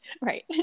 Right